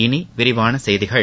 இனி விரிவான செய்திகள்